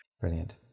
Brilliant